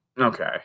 okay